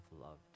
loved